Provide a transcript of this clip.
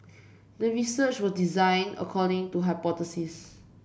the research was designed according to hypothesis